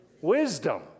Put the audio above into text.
Wisdom